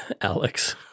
Alex